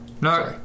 No